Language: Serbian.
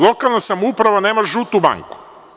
Lokalna samouprava nema žutu banku.